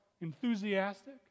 enthusiastic